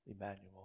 Emmanuel